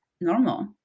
normal